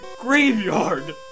graveyard